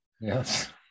Yes